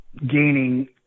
gaining